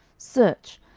search,